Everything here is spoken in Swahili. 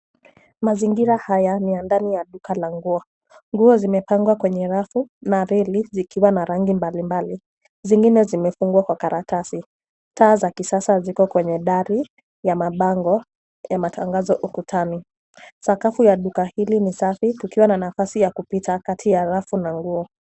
Mazingira haya ni ya ndani ya duka la nguo. Nguo zimepangwa kwenye rafu na reli zikiwa na rangi mbali mbali. Zingine zimefunguliwa kwa karatasi. Taa za kisasa ziko kwenye dari ya mabango ya matangazo ukutani. Sakafu ya duka hili ni safi kukiwa na nafasi ya kupita kati na rafu na nguo.